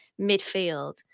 midfield